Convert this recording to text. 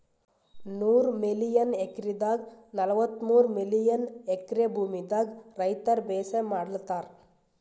ನೂರ್ million ಎಕ್ರೆದಾಗ್ ನಲ್ವತ್ತಮೂರ್ million acre ಭೂಮಿದಾಗ್ ರೈತರ್ ಬೇಸಾಯ್ ಮಾಡ್ಲತಾರ್